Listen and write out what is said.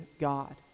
God